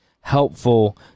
helpful